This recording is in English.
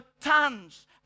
tons